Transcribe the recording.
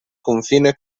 confine